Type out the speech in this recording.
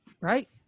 right